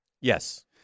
Yes